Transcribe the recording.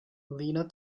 elena